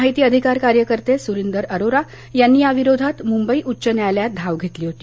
माहिती अधिकार कार्यकर्ते सुरिंदर अरोरा यांनी याविरोधात मुंबई उच्च न्यायालयात धाव घेतली होती